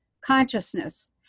consciousness